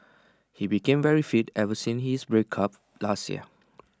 he became very fit ever since his breakup last year